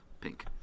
Pink